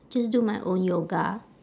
just do my own yoga